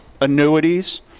annuities